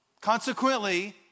Consequently